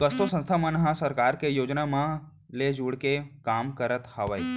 कतको संस्था मन ह सरकार के योजना मन ले जुड़के काम करत हावय